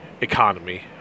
economy